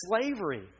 slavery